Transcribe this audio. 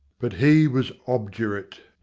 but he was obdurate.